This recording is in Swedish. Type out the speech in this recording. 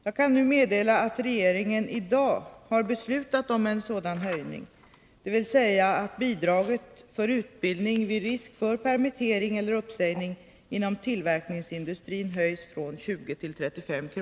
Jag kan nu meddela att regeringen i dag har beslutat om en sådan höjning, dvs. att bidraget för utbildning vid risk för permittering eller uppsägning inom tillverkningsindustrin höjs från 20 till 35 kr.